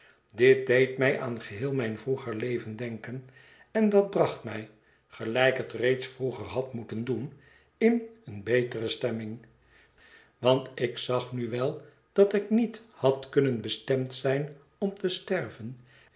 dit deed mij aan geheel mijn vroeger leven denken en dat bracht mij gelijk het reeds vroeger had moeten doen in eene betere stemming want ik zag nu wel dat ik niet had kunnen bestemd zijn om te sterven